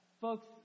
folks